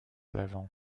level